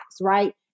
right